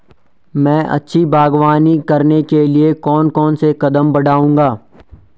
मैं अच्छी बागवानी करने के लिए कौन कौन से कदम बढ़ाऊंगा?